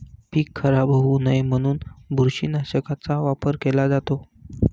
पीक खराब होऊ नये म्हणून बुरशीनाशकाचा वापर केला जातो